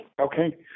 Okay